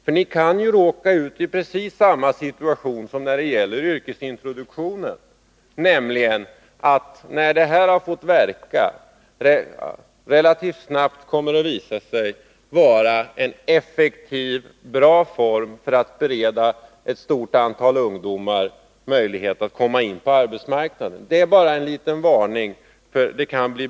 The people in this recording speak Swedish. För ni kan då hamna i precis samma situation som när det gäller yrkesintroduktionen. När de nya reglerna har fått verka, kanske de relativt snabbt kommer att visa sig vara en effektiv och bra metod för att bereda ett stort antal ungdomar möjlighet att komma in på arbetsmarknaden. Det är bara en liten varning.